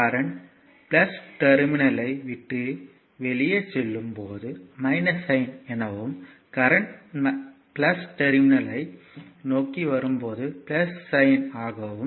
current terminal ஐ விட்டு வெளியே செல்லும் போது சைன் எனவும் கரண்ட் டெர்மினல் ஐ நோக்கி வரும் போது சைன் ஆகும்